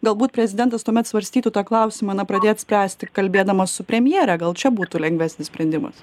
galbūt prezidentas tuomet svarstytų tą klausimą na pradėt spręsti kalbėdamas su premjere gal čia būtų lengvesnis sprendimas